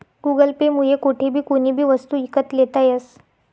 Google Pay मुये कोठेबी कोणीबी वस्तू ईकत लेता यस